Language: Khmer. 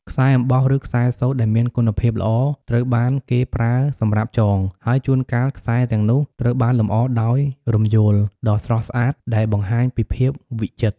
ខ្សែអំបោះ ឬខ្សែសូត្រ ដែលមានគុណភាពល្អ ត្រូវបានគេប្រើសម្រាប់ចង ហើយជួនកាលខ្សែទាំងនោះត្រូវបានលម្អដោយរំយោលដ៏ស្រស់ស្អាតដែលបង្ហាញពីភាពវិចិត្រ។